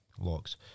locks